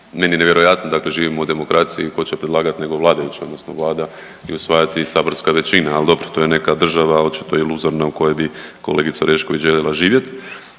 meni nevjerojatno. Dakle, živimo u demokraciji, tko će predlagat nego vladajući odnosno Vlada i usvajati saborska većina, ali dobro to je neka država očito iluzorna u kojoj bi kolegice Orešković željela živjet.